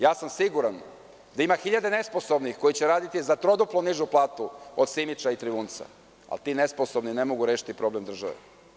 Ja sam siguran da ima hiljade nesposobnih koji će raditi za troduplo nižu platu od Simića i Trivunca, ali oni ne mogu rešiti problem države.